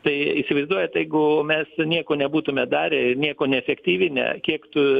tai įsivaizduojat jeigu mes nieko nebūtume darę ir nieko neefektyvinę kiek tų